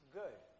good